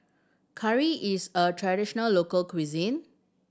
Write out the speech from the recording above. curry is a traditional local cuisine